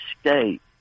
state